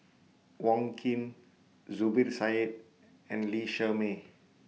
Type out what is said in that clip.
Wong Keen Zubir Said and Lee Shermay